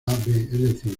decir